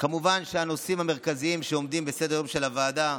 כמובן הנושאים המרכזיים שעומדים על סדר-היום של הוועדה,